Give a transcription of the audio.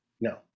No